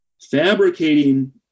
fabricating